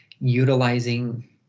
utilizing